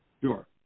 Sure